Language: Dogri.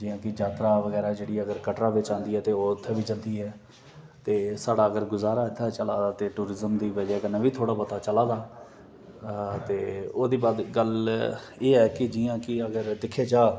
जियां कि यात्रा बगैरा जेह्ड़ी अगर कटरा बिच्च आंदी ऐ ते ओह् उत्थें बी जंदी ऐ ते साढ़ा अगर गुजारा इत्थे चला दा ते टूरिजम दी बजह कन्नै बी थोह्ड़ा बहुता चला दा ते ओह्दी बाद गल्ल एह् ऐ कि जियां कि अगर दिक्खेआ जा